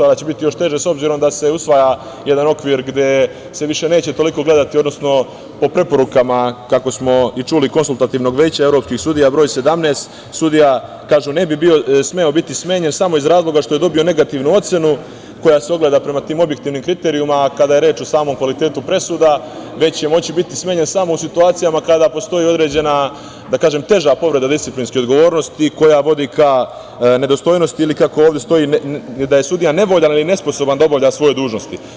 Sada će biti još teže, s obzirom na to da se usvaja jedan okvir gde se više neće toliko gledati, odnosno po preporukama, kako smo i čuli, Konsultativnog veća evropskih sudija, broj 17, gde kažu – sudija ne bi smeo biti smenjen samo iz razloga što je dobio negativnu ocenu, koja se ogleda prema tim objektivnim kriterijumima, kada je reč o samom kvalitetu presuda, već će moći biti smenjen samo u situacijama kada postoji određena teža povreda disciplinske odgovornosti koja vodi ka nedostojnosti ili, kako ovde stoji, da je sudija nevoljan ili nesposoban da obavlja svoje dužnosti.